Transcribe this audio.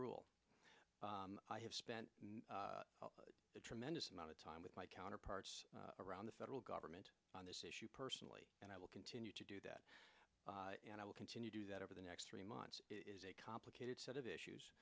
rule i have spent a tremendous amount of time with my counterparts around the federal government on this issue personally and i will continue to do that and i will continue to do that over the next three months is a complicated set of issues